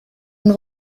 und